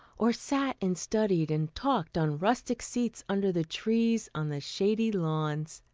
or sat and studied and talked on rustic seats under the trees on the shady lawns.